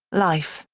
life,